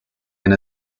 and